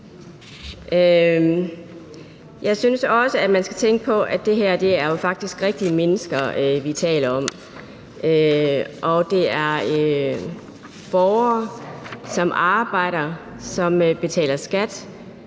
Jeg synes også, man skal tænke på, at det her jo faktisk er rigtige mennesker, vi taler om. Det er borgere, som arbejder, som betaler skat,